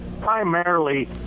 primarily